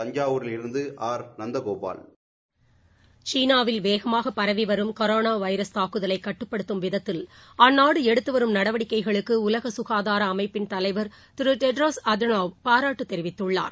தஞ்சாவழிலிருந்து அர் நக்கோபாவ் சீனாவில் வேகமாக பரவி வரும் கொரோனா வைரஸ் தாக்குதலை கட்டுப்படுத்தும் விதத்தில் அந்நாடு எடுத்து வரும் நடவடிக்கைகளுக்கு உலக ககாதார அமைப்பிள் தலைவர் திரு டெட்ராஸ் அட்தனோன் பாராட்டு தெரிவித்துள்ளார்